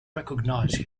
recognize